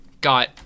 got